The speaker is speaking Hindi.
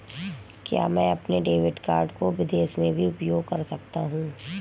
क्या मैं अपने डेबिट कार्ड को विदेश में भी उपयोग कर सकता हूं?